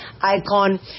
Icon